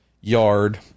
yard